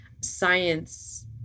science